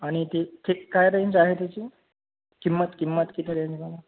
आणि कि कि काय रेंज आहे त्याची किंमत किंमत किती रेंजला आहे